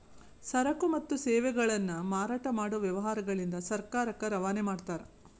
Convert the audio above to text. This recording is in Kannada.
ಸರಕು ಮತ್ತು ಸೇವೆಗಳನ್ನ ಮಾರಾಟ ಮಾಡೊ ವ್ಯವಹಾರಗಳಿಂದ ಸರ್ಕಾರಕ್ಕ ರವಾನೆ ಮಾಡ್ತಾರ